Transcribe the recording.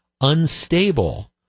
unstable